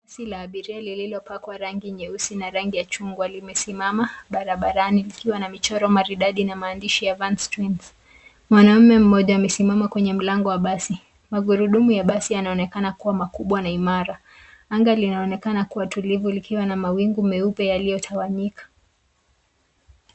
Basi la abiria lililopakwa rangi nyeusi na rangi ya chungwa limesimama barabarani likiwa na michoro maridadi na maandishi ya Vans Twins. Mwanaume mmoja amesimama kwenye mlango ya basi. Magurudumu ya basi yanaonekana kuwa makubwa na imara. Anga linaonekana kuwa tulivu likiwa na mawingu meupe yaliyotawanyika.